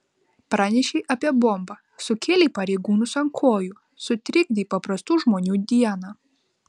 pranešei apie bombą sukėlei pareigūnus ant kojų sutrikdei paprastų žmonių dieną